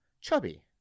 chubby